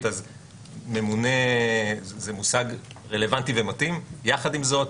הפרוטוקול, על התוצאה